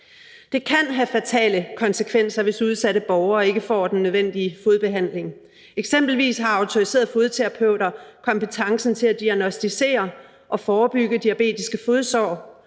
Det kan have fatale konsekvenser, hvis udsatte borgere ikke får den nødvendige fodbehandling. Eksempelvis har autoriserede fodterapeuter kompetencen til at diagnosticere og forebygge diabetiske fodsår,